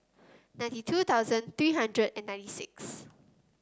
ninety two thousand three hundred and ninety six